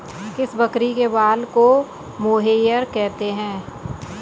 किस बकरी के बाल को मोहेयर कहते हैं?